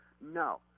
No